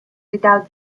without